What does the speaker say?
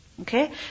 Okay